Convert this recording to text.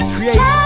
Create